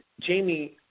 jamie